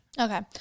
Okay